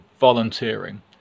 volunteering